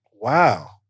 Wow